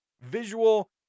visual